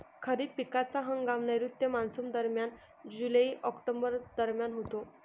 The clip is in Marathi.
खरीप पिकांचा हंगाम नैऋत्य मॉन्सूनदरम्यान जुलै ऑक्टोबर दरम्यान होतो